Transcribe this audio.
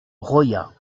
royat